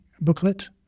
booklet